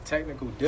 Technical